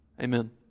Amen